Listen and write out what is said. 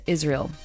Israel